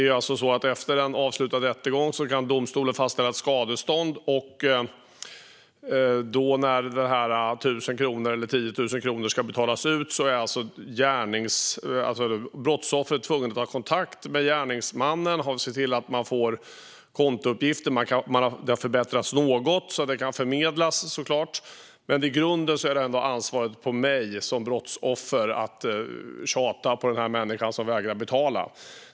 Efter avslutad rättegång kan domstolen fastställa ett skadestånd. När dessa 1 000 kronor eller 10 000 kronor ska betalas ut är brottsoffret tvungen att ta kontakt med gärningsmannen och se till att denne får kontouppgifter. Detta har förbättrats något; de kan såklart förmedlas. Men i grunden ligger ändå ansvaret på brottsoffret att tjata på den människa som vägrar betala.